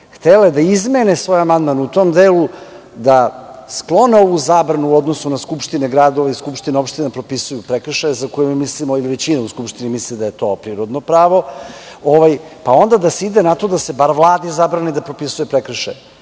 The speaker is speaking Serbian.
htele da izmene svoj amandman u tom delu da sklone ovu zabranu u odnosu na to da skupštine gradova i SO propisuju prekršaje za koje mi ili većina u Skupštini misli da je to prirodno pravo, onda da se ide na to da se bar Vladi zabrani da propisuje prekršaje.